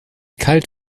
kalt